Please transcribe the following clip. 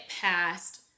past